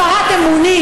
הפרת אמונים,